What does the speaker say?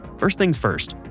first things first,